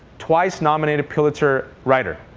twice-nominated pulitzer writer.